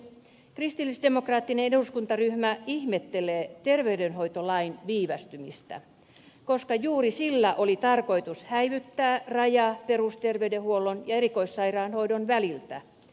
kristillisdemokraattinen eduskuntaryhmä ihmettelee terveydenhoitolain viivästymistä koska juuri sillä oli tarkoitus häivyttää raja perusterveydenhuollon ja erikoissairaanhoidon väliltä